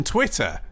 Twitter